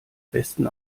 besten